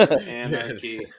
Anarchy